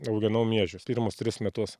auginau miežius pirmus tris metus